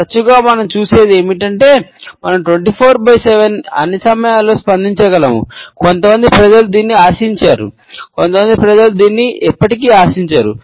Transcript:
తరచుగా మనం చూసేది ఏమిటంటే మనం 24 7 అన్ని సమయాలలో స్పందించగలము కొంతమంది ప్రజలు దీనిని ఆశించారు కొంతమంది ప్రజలు దీనిని ఎప్పటికీ ఆశించరు